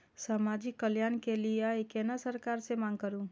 समाजिक कल्याण के लीऐ केना सरकार से मांग करु?